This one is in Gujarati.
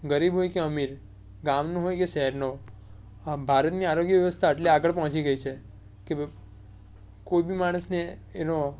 ગરીબ હોય કે અમીર ગામનો હોય કે શહેરનો આ ભારતની આરોગ્ય વ્યવસ્થા એટલી આગળ પહોંચી ગઈ છે કે કોઈ બી માણસને એનો